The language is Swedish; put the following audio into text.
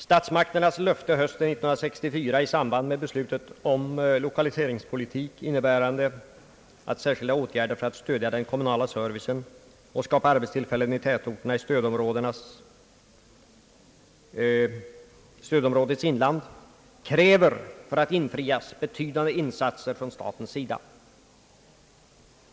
Statsmakternas löfte hösten 1964 i samband med beslutet om lokaliseringspolitik, innebärande särskilda åtgärder för att stödja den kommunala servicen och skapa arbetstillfällen i tätorterna i stödområdets inland, kräver för att infrias betydande insatser från statens sida.